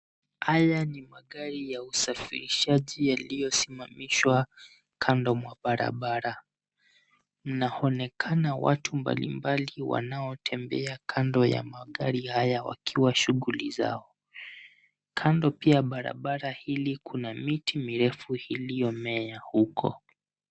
Haya ni magari ya usafirishaji yaliyosimamishwa kando mwa barabara. Mnaonekana watu mbalimbali wanaotembea kando ya magari haya wakiwa shughuli zao. Kando pia barabara hili kuna miti mirefu iliyomea huko.